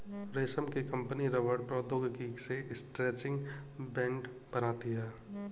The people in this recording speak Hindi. रमेश की कंपनी रबड़ प्रौद्योगिकी से स्ट्रैचिंग बैंड बनाती है